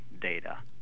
data